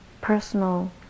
personal